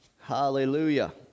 hallelujah